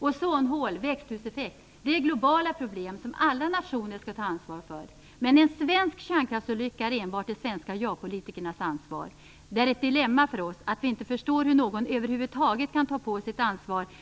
Ozonhål och växthuseffekt är globala problem som alla nationer skall ta ansvar för. Men en svensk kärnkraftsolycka är enbart de svenska ja-politikernas ansvar. Det är ett dilemma för oss att vi inte förstår hur någon över huvud taget kan ta